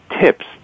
tips